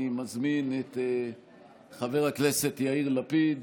אני מזמין את חבר הכנסת יאיר לפיד